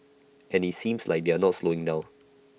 and IT seems like they're not slowing down